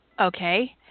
okay